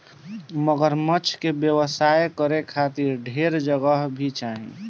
मगरमच्छ के व्यवसाय करे खातिर ढेर जगह भी चाही